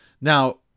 Now